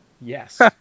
yes